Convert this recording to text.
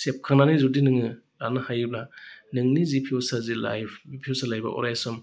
सेबखांनानै जुदि नोङो लानो हायोब्ला नोंनि जि फिउचार लाइफ बे फिउचार लाइफआव अराय सम